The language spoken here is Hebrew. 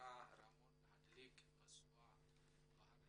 נבחרה רונה רמון ז"ל להדליק משואה בהר